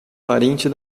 parente